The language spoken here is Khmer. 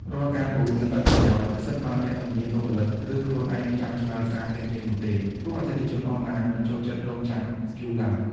រាល់ការ Boost នឹងឥតប្រយោជន៍ ប្រសិនបើអ្នកមិនមានបុគ្គលិក ឬខ្លួនឯងនៅចាំឆ្លើយសារភ្លាមៗនោះទេ ព្រោះអតិថិជនអនឡាញមិនចូលចិត្តរង់ចាំយូរឡើយ។